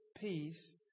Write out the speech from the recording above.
peace